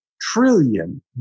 trillion